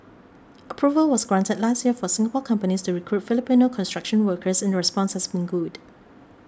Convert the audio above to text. approval was granted last year for Singapore companies to recruit Filipino construction workers and response has been good